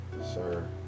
sir